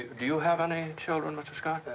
do you have any children, mr. scott?